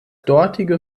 dortige